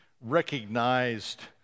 recognized